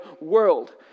world